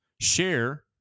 share